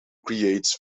creates